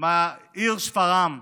מהעיר שפרעם.